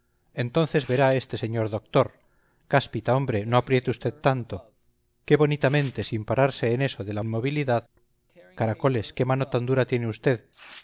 entonces verá este señor doctor cáspita hombre no apriete usted tanto qué bonitamente sin pararse en eso de la inmovilidad caracoles qué mano tan dura tiene usted